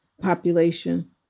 population